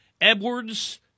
Edwards